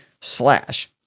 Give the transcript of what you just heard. slash